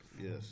Yes